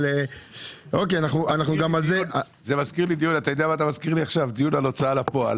זה מזכיר לי דיון על הוצאה לפועל,